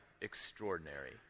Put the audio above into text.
extraordinary